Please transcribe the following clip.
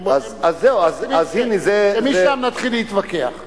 הם מסכימים שמשם נתחיל להתווכח.